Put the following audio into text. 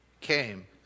came